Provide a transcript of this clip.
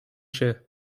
się